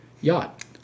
Yacht